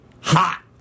hot